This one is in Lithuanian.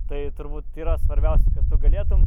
tai turbūt yra svarbiausia kad tu galėtum